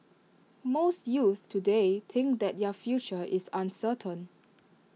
most youths today think that their future is uncertain